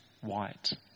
white